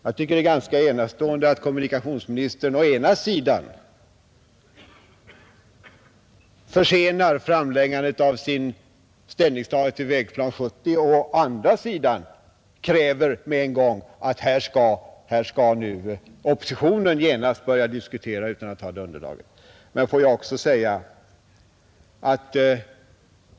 Det är ganska enastående att kommunikationsministern å ena sidan försenar framläggandet av sitt ställningstagande till Vägplan 1970 och å andra sidan med en gång kräver att oppositionen skall kunna börja diskutera utan att förfoga över detta underlag.